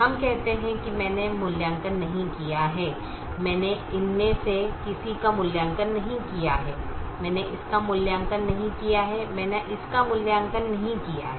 हम कहते हैं कि मैंने मूल्यांकन नहीं किया है मैंने इनमें से किसी का मूल्यांकन नहीं किया है मैंने इसका मूल्यांकन नहीं किया है मैंने इसका मूल्यांकन नहीं किया है